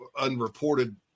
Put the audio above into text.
unreported